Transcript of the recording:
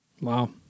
Wow